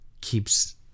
keeps